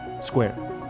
square